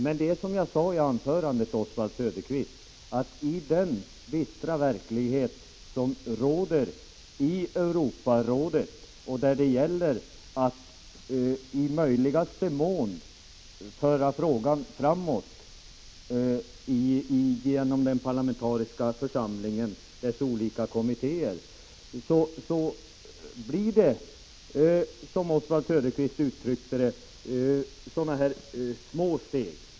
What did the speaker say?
Som jag sade i mitt huvudanförande, Oswald Söderqvist, gäller det i den bistra verklighet som råder i Europarådet att i möjligaste mån föra frågan framåt igenom den parlamentariska församlingens olika kommittéer. Det blir då, som Oswald Söderqvist uttryckte det, fråga om små steg.